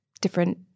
different